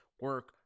Work